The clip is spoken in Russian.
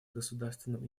государственным